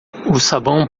sabão